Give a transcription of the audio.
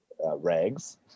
rags